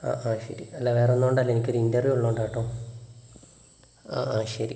ആ ആ ശരി അല്ല വേറൊന്നും കൊണ്ടല്ല എനിക്കൊരു ഇൻറ്റർവ്യൂ ഉള്ളതുകൊണ്ടാട്ടോ ആ ആ ശരി